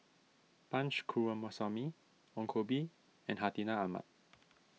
Punch Coomaraswamy Ong Koh Bee and Hartinah Ahmad